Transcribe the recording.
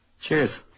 Cheers